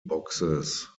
boxes